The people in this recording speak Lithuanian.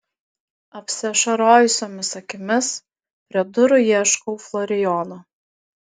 apsiašarojusiomis akimis prie durų ieškau florijono